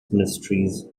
mysteries